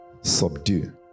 subdue